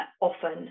often